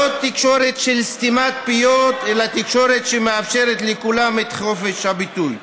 לא תקשורת של סתימת פיות אלא תקשורת שמאפשרת לכולם את חופש הביטוי.